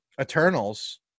Eternals